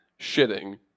shitting